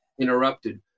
interrupted